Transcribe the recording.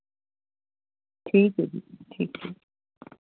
ਠੀਕ ਹੈ ਜੀ ਠੀਕ